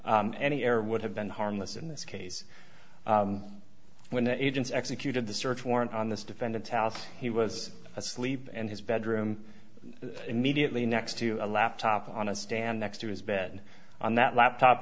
error would have been harmless in this case when the agents executed the search warrant on this defendant's house he was asleep and his bedroom immediately next to a laptop on a stand next to his bed on that laptop